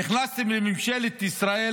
נכנסתם לממשלת ישראל,